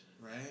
right